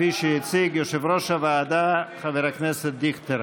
כפי שהציג יושב-ראש הוועדה חבר הכנסת דיכטר.